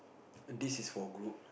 this is for group